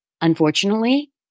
unfortunately